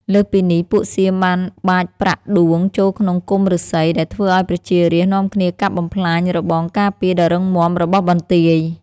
លើសពីនេះ ពួកសៀមបានបាចប្រាក់ដួងចូលក្នុងគុម្ពឫស្សី ដែលធ្វើឱ្យប្រជារាស្ត្រនាំគ្នាកាប់បំផ្លាញរបងការពារដ៏រឹងមាំរបស់បន្ទាយ។